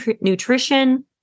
nutrition